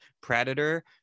Predator